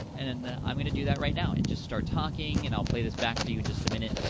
and then, i'm going to do that right now and just start talking, and i'll play this back for you in just a minute,